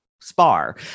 spar